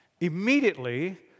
Immediately